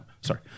Sorry